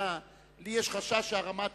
קבוצת מרצ, קבוצת קדימה, קבוצת חד"ש, קבוצת בל"ד,